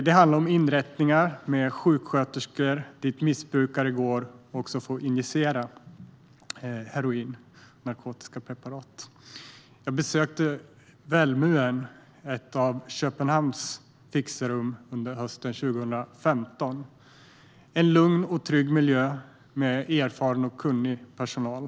Det är inrättningar med sjuksköterskor dit missbrukare går för att injicera heroin och narkotiska preparat. Jag besökte Valmuen, ett av Köpenhamns fixerum, under hösten 2015. Det är en lugn och trygg miljö med erfaren och kunnig personal.